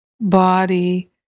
body